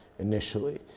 initially